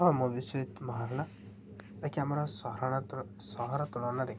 ହଁ ମୁଁ ବିଶ୍ୱଜିତ ମହାରାଣା ବାକି ଆମର ସହର ତୁଳନାରେ